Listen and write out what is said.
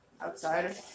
outside